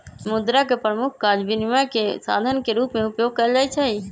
मुद्रा के प्रमुख काज विनिमय के साधन के रूप में उपयोग कयल जाइ छै